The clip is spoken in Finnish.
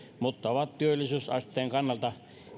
mutta ovat työllisyysasteen kannalta